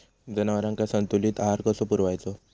जनावरांका संतुलित आहार कसो पुरवायचो?